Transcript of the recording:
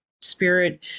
spirit